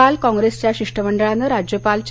काल काँग्रेसच्या शिष्टमंडळानं राज्यपाल चे